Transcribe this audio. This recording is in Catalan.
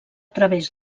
través